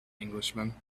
englishman